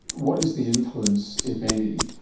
what is the influence, if any,